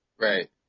Right